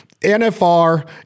NFR